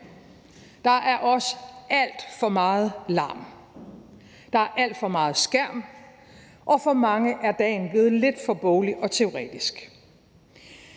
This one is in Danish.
der er også alt for meget larm, der er alt for meget skærm, og for nogle er skoledagen blevet lidt for boglig og teoretisk.